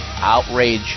outrage